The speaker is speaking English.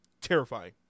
Terrifying